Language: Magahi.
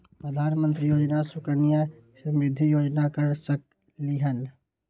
प्रधानमंत्री योजना सुकन्या समृद्धि योजना कर सकलीहल?